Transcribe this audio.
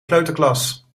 kleuterklas